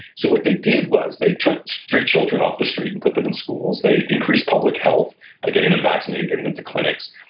so what they did was they took street children off the street and put them in schools, they increased public health by getting them vaccinated, getting them into clinics,